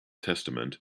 testament